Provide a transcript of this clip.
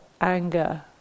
anger